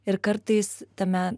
ir kartais tame